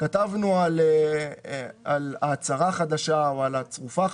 כתבנו על ההצהרה החדשה או על הצרופה החדשה,